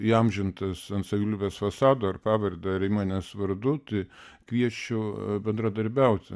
įamžintas ant savivaldybės fasado ar pavarde ar įmonės vardu tai kviesčiau bendradarbiauti